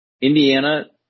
Indiana